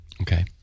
Okay